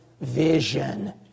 vision